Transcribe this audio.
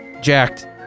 jacked